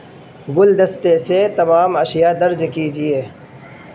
گلدستے سے تمام اشیا درج کیجیے